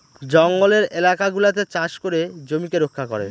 জঙ্গলের এলাকা গুলাতে চাষ করে জমিকে রক্ষা করে